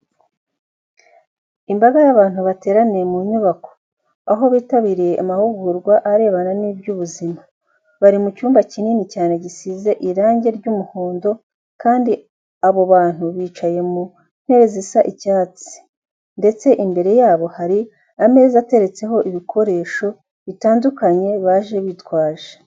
Imbaga y'abantu yateraniye mu nyubako, aho bitabiriye amahugurwa arebana n'iby'ubuzima. Bari mu cyumba kinini cyane gisize irange ry'umuhondo kandi abo bantu bicaye mu ntebe zisa icyatsi, ndetse imbere yabo hari ameza ateretseho ibikoresho bitandukanye baje bitwaje.